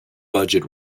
budget